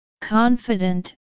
confident